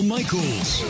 Michaels